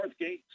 Northgate